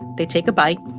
they take a bite,